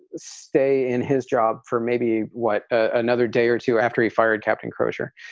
stay in his job for maybe, what, another day or two after he fired captain crozier.